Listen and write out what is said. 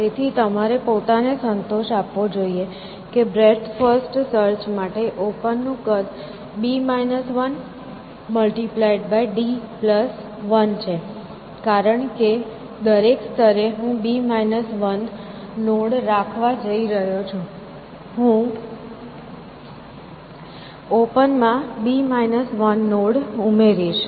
તેથી તમારે પોતાને સંતોષ આપવો જોઈએ કે બ્રેડ્થ ફર્સ્ટ સર્ચ માટે ઓપન નું કદ d1 છે કારણ કે દરેક સ્તરે હું b 1 નોડ રાખવા જઇ રહ્યો છું હું ઓપન માં b 1 નોડ ઉમેરીશ